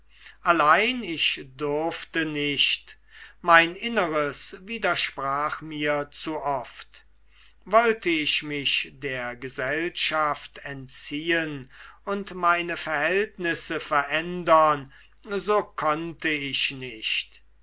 allein ich durfte nicht mein inneres widersprach mir zu oft wollte ich mich der gesellschaft entziehen und meine verhältnisse verändern so konnte ich nicht